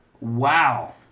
Wow